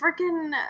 freaking